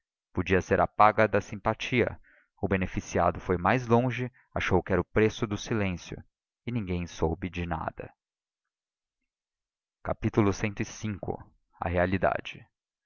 podia ser a paga da simpatia o beneficiado foi mais longe achou que era o preço do silêncio e ninguém soube de nada cv a realidade